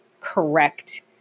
correct